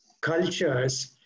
cultures